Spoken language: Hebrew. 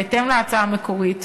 בהתאם להצעה המקורית,